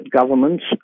governments